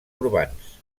urbans